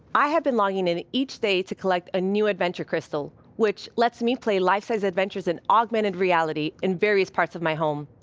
i have been logging in each day to collect a new adventure crystal which lets me play life-size adventures in augmented reality in various parts of my home.